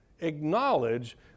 acknowledge